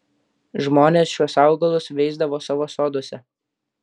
žmonės šiuos augalus veisdavo savo soduose